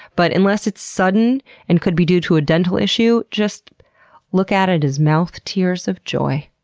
but unless it's sudden and could be due to a dental issue, just look at it as mouth tears of joy.